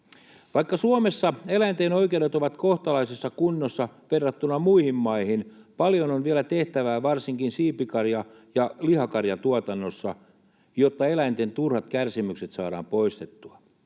Vaikka Suomessa eläinten oikeudet ovat kohtalaisessa kunnossa verrattuna muihin maihin, paljon on vielä tehtävää varsinkin siipikarja- ja lihakarjatuotannossa, jotta eläinten turhat kärsimykset saadaan poistettua.